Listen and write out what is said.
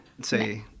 Say